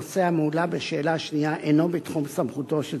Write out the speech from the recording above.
הנושא המועלה בשאלה השנייה אינו בתחום סמכותו של